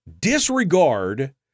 disregard